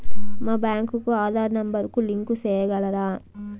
మా బ్యాంకు కు ఆధార్ నెంబర్ కు లింకు సేయగలరా?